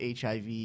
HIV